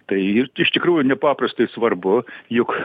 tai ir iš tikrųjų nepaprastai svarbu juk